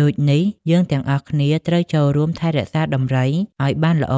ដូចនេះយើងទាំងអស់គ្នាត្រូវចូលរួមថែរក្សាដំរីឲ្យបានល្អ